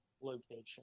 location